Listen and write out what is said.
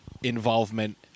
involvement